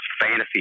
fantasy